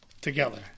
together